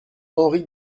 henri